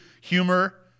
humor